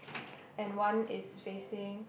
and one is facing